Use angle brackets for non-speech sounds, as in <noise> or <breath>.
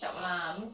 <breath>